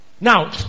Now